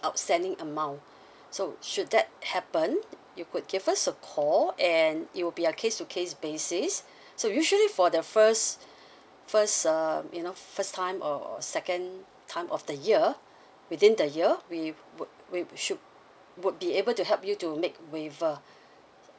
outstanding amount so should that happen you could give us a call and it will be a case to case basis so usually for the first first uh you know first time or or second time of the year within the year we would we should would be able to help you to make waiver